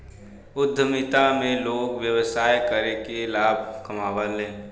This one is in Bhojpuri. उद्यमिता में लोग व्यवसाय करके लाभ कमावलन